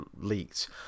leaked